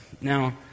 Now